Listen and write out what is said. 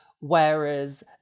Whereas